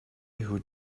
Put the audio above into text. who